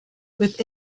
with